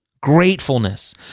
gratefulness